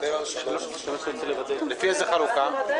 אני בטוחה שכמו שאני מקבלת פניות כמעט כל חברי